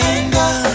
Anger